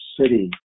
city